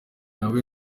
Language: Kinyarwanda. yawe